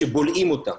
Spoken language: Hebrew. שבולעים אותם.